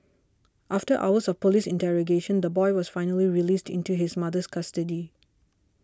after hours of police interrogation the boy was finally released into his mother's custody